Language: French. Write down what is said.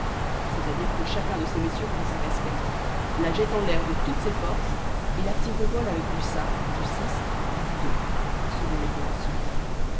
dire que chacun de ces messieurs prend sa casquette la jette en l'air de toutes ses forces et la tire au vol avec du du ou du selon les conventions